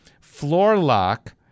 floor-lock